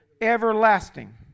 everlasting